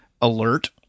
alert